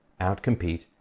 outcompete